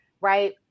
right